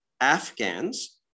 Afghans